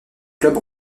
club